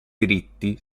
diritti